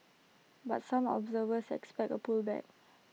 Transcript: but some observers expect A pullback